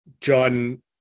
John